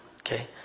Okay